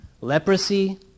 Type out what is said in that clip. Leprosy